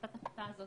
לעשות את הבדיקה הזו